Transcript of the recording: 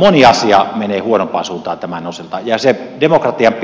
moni asia menee huonompaan suuntaan tämän osalta ja demokratian